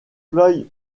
floyd